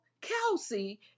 Kelsey